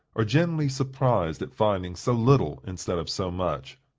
are generally surprised at finding so little instead of so much.